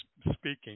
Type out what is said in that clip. speaking